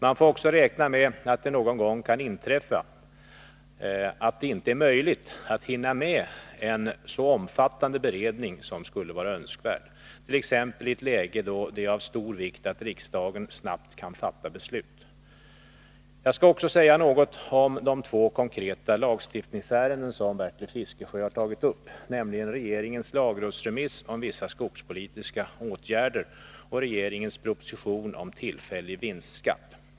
Man får också räkna med att det någon gång kan inträffa att det inte är möjligt att hinna med en så omfattande beredning som skulle vara önskvärd, t.ex. i ett läge då det är av stor vikt att riksdagen snabbt kan fatta beslut. Jag skall också säga något om de två konkreta lagstiftningsärenden som Bertil Fiskesjö har tagit upp, nämligen regeringens lagrådsremiss om vissa skogspolitiska åtgärder och regeringens proposition om tillfällig vinstskatt .